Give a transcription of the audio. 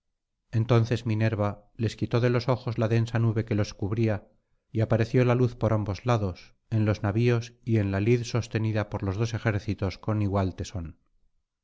entonces minerva les quitó de los ojos la densa nube que los cubría y apareció la luz por ambos lados en los navios y en la lid sostenida por los dos ejércitos con igual tesón